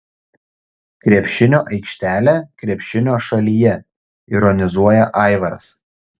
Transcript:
krepšinio aikštelė krepšinio šalyje ironizuoja aivaras